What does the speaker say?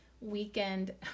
weekend